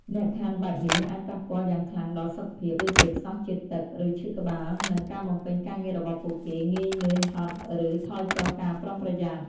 លក្ខខណ្ឌបែបនេះអាចប៉ះពាល់យ៉ាងខ្លាំងដល់សុខភាព ដូចជាខ្សោះជាតិទឹក ឬឈឺក្បាល និងការបំពេញការងាររបស់ពួកគេ ងាយនឿយហត់ ឬថយចុះការប្រុងប្រយ័ត្ន។